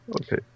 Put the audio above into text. Okay